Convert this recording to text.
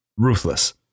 ruthless